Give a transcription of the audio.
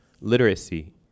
literacy